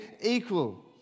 equal